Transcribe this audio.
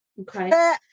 okay